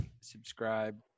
subscribe